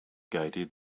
guided